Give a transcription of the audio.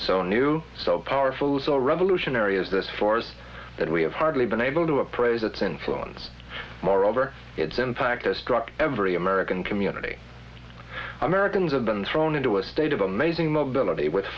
so new so powerful so revolutionary as this force that we have hardly been able to appraise its influence moreover its impact us truck every american community americans have been thrown into a state of amazing mobility with